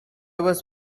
was